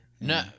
No